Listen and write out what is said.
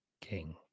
King